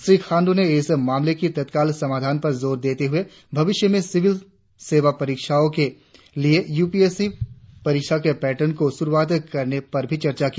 श्री खांडू ने इस मामले की तत्काल समाधान पर जोर देते हुए भविष्य में सिविल सेवा परीक्षाओं के लिए यूपीएससी परीक्षाओं के पैटर्न को शुरुआत करने पर भी चर्चा की